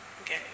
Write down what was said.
Okay